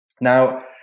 Now